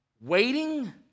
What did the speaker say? waiting